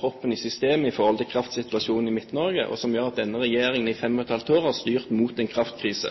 proppen i systemet i forhold til kraftsituasjonen i Midt-Norge, og som gjør at denne regjeringen i fem og et halvt år har styrt mot en kraftkrise.